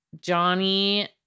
Johnny